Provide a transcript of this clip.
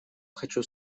хочу